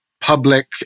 public